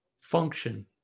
function